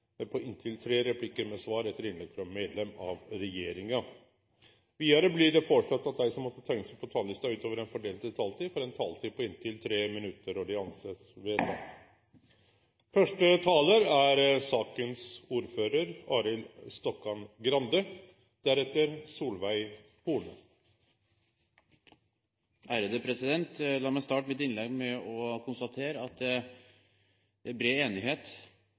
på inntil tre replikkar med svar etter innlegg frå medlem av regjeringa innanfor den fordelte taletida. Vidare blir det foreslått at dei som måtte teikne seg på talarlista utover den fordelte taletida, får ei taletid på inntil 3 minutt. – Det er vedteke. La meg starte mitt innlegg med å konstatere at det